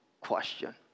question